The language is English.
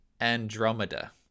Andromeda